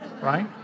right